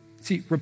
See